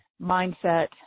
mindset